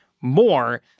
more